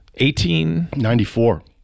1894